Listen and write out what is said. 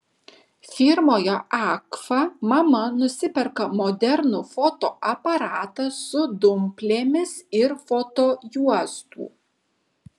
firmoje agfa mama nusiperka modernų fotoaparatą su dumplėmis ir fotojuostų